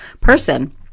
person